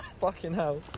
fuckin' hell!